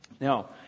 Now